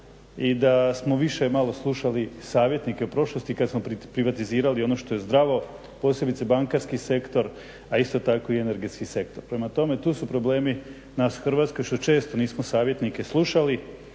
i da smo više malo slušali savjetnike prošlosti kad smo privatizirali ono što je zdravo, posebice bankarski sektor a isto tako i energetski sektor. Prema tome, tu su problemi nas u Hrvatskoj što često nismo savjetnike slušali